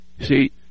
See